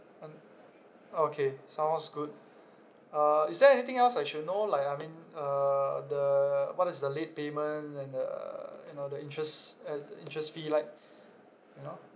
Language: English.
un~ okay sounds good uh is there anything else I should know like I mean uh the what is the late payment and the you know the interest and the interest fee like you know